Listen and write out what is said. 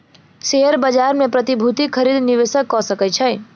share बाजार मे प्रतिभूतिक खरीद निवेशक कअ सकै छै